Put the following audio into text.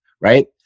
right